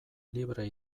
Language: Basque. libre